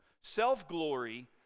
self-glory